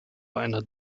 einer